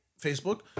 Facebook